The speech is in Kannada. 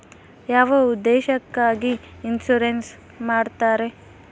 ಯಾವ ಉದ್ದೇಶಕ್ಕಾಗಿ ಇನ್ಸುರೆನ್ಸ್ ಮಾಡ್ತಾರೆ?